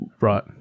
Right